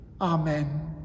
Amen